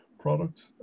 product